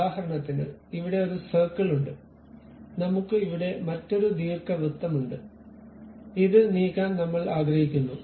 ഉദാഹരണത്തിന് ഇവിടെ ഒരു സർക്കിൾ ഉണ്ട് നമുക്ക് ഇവിടെ മറ്റൊരു ദീർഘവൃത്തമുണ്ട് ഇത് നീക്കാൻ നമ്മൾ ആഗ്രഹിക്കുന്നു